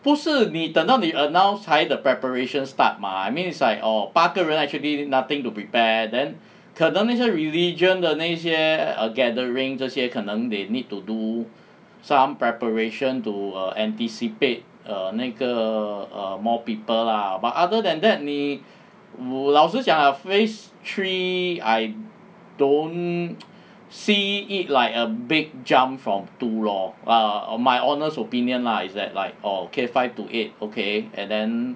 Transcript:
不是你等到你 announced 才 the preparation start mah I mean is like 八个人 actually nothing to prepare then 可能那些 religion 的那些 err gathering 这些可能 they need to do some preparation to err anticipate err 那个 err more people lah but other than that 你老实讲 phase three I don't see it like a big jump from two lor err my honest opinion lah is that like okay five to eight okay and then